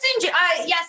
yes